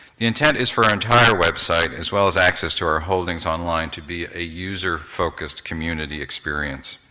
the intent is for our entire website as well as access to our holdings online to be a user-focused community experience.